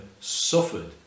suffered